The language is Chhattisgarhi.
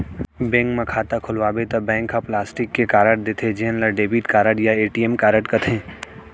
बेंक म खाता खोलवाबे त बैंक ह प्लास्टिक के कारड देथे जेन ल डेबिट कारड या ए.टी.एम कारड कथें